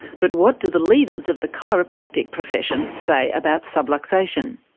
but what do the leaders of the chiropractic profession say about subluxation?